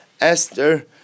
Esther